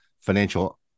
financial